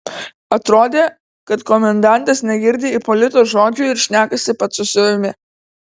atrodė kad komendantas negirdi ipolito žodžių ir šnekasi pats su savimi